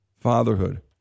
fatherhood